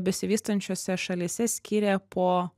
besivystančiose šalyse skyrė po